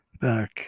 back